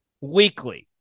weekly